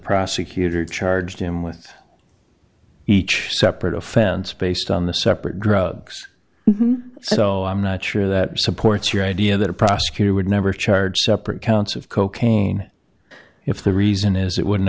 prosecutor charged him with each separate offense based on the separate drugs so i'm not sure that supports your idea that a prosecutor would never charge separate counts of cocaine if the reason is it wouldn't